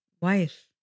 wife